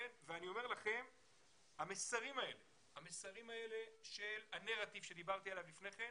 אני אומר לכם שהמסרים האלה של הנרטיב שדיברתי עליו לפני כן,